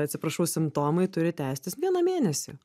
atsiprašau simptomai turi tęstis vieną mėnesį